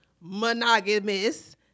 monogamous